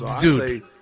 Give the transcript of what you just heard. Dude